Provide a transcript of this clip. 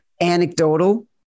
anecdotal